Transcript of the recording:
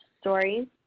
stories